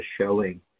showing